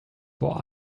vor